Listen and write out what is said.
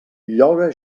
lloga